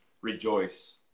Rejoice